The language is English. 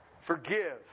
Forgive